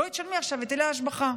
בואי תשלמי עכשיו היטלי השבחה.